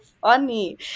funny